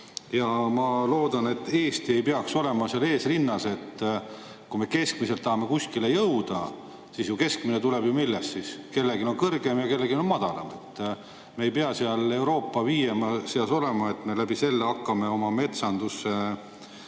Ja ma loodan, et Eesti ei peaks olema seal eesrinnas. Kui me keskmiselt tahame kuskile jõuda, siis keskmine tuleb ju millest? Kellelgi on kõrgem ja kellelegi on madalam. Me ei pea seal Euroopa viie [esimese] seas olema ega hakkama oma metsanduse